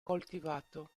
coltivato